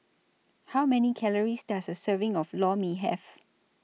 How Many Calories Does A Serving of Lor Mee Have